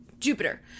Jupiter